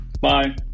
Bye